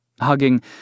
Hugging